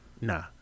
Nah